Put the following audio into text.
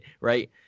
right